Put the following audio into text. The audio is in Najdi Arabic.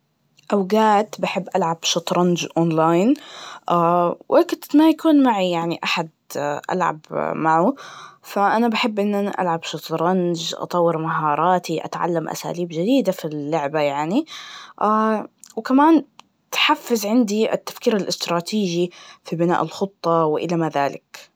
أوقات بحب ألعب شطرنج أونلاين, وقت ما يكون معي يعني أحد ألعب معه, أنا بحب إن انا ألعب شطرنج, أطور مهاراتي, أتعلم أساليب جديدة في اللعبة يعني, وكمان تحفز عندي التفكير الإستراتيجي في بناء الخطة وإلى ما ذلك.